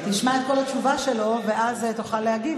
תשמע את כל התשובה שלו ואז תוכל להגיב,